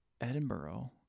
Edinburgh